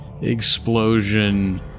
explosion